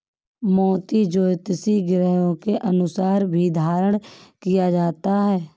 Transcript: मोती ज्योतिषीय ग्रहों के अनुसार भी धारण किया जाता है